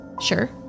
Sure